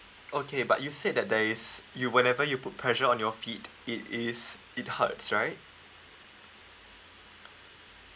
okay but you said that there is you whenever you put pressure on your feet it is it hurts right